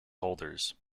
holders